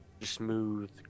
Smooth